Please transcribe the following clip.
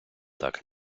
так